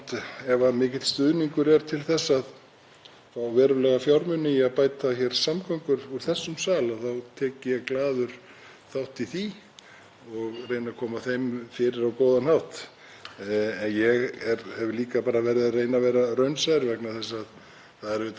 og reyni að koma þeim fyrir á góðan hátt. En ég hef líka verið að reyna að vera raunsær vegna þess að allt landið er undir og víða staðir sem hafa engan veginn þær samgöngubætur sem við þekkjum hér. Stundum finnst mér að við séum farin